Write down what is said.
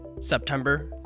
September